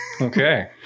Okay